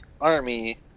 army